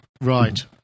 Right